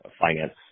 finance